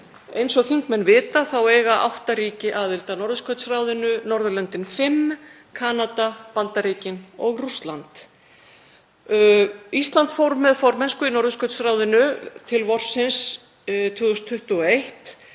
Eins og þingmenn vita þá eiga átta ríki aðild að Norðurskautsráðinu; Norðurlöndin fimm, Kanada, Bandaríkin og Rússland. Ísland fór með formennsku í Norðurskautsráðinu til vorsins 2021